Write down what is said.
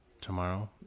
Tomorrow